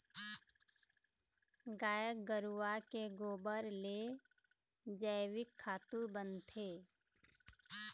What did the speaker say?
गाय गरूवा के गोबर ले जइविक खातू बनथे